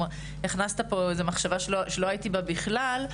כלומר הכנסת לפה מחשבה שלא הייתי בה בכלל.